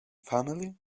family